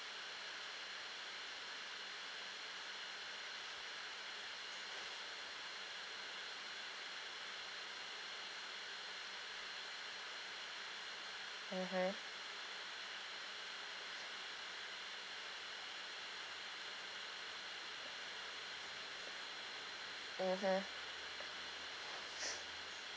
mmhmm mmhmm